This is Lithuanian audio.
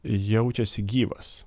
jaučiasi gyvas